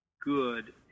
good